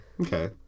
Okay